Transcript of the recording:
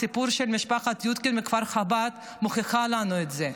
הסיפור של משפחת יודקין מכפר חב"ד מוכיח לנו את זה.